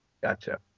Gotcha